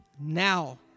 now